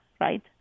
right